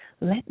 let